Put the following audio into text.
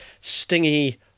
stingy